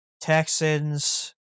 texans